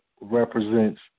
represents